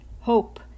Hope